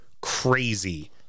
crazy